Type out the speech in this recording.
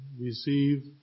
receive